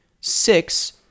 Six